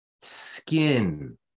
Skin